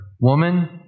woman